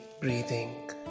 breathing